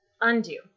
Undo